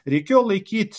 reikėjo laikyt